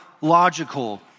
logical